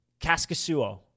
Kaskasuo